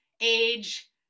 age